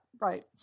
right